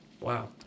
Wow